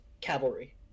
cavalry